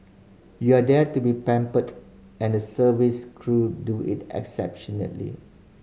you are there to be pampered and the service crew do it